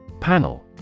Panel